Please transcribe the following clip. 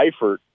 Eifert